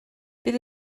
bydd